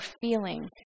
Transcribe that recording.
feeling